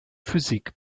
physik